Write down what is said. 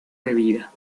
bebida